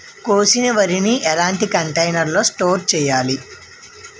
కోసిన వరిని ఎలాంటి కంటైనర్ లో స్టోర్ చెయ్యాలి?